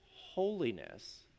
holiness